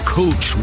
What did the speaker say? coach